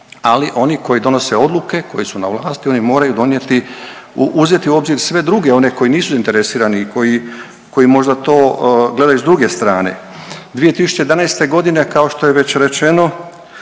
ali oni koji donose odluke, koji su na vlasti oni moraju donijeti, uzeti u obzir sve druge, one koji nisu zainteresirani i koji, koji možda to gledaju s druge strane. 2011. godine kao što je već rečeno